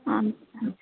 ହଁ